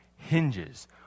hinges